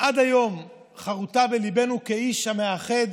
עד היום חרוטה בליבנו כאיש המאחד,